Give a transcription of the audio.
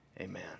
amen